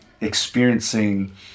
experiencing